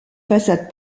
façade